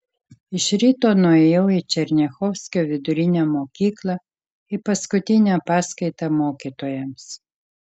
iš ryto nuėjau į černiachovskio vidurinę mokyklą į paskutinę paskaitą mokytojams